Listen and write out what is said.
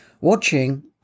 Watching